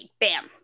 Bam